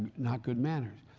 not good manners.